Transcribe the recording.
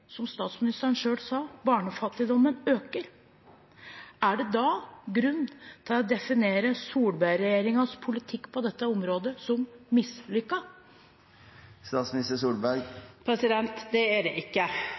Som statsministeren selv sa: Barnefattigdommen øker. Er det da grunn til å definere Solberg-regjeringens politikk på dette området som mislykket? Det er det ikke.